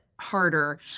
harder